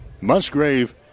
Musgrave